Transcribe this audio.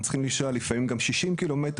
הם צריכים לנסוע לפעמים 60 קילומטר.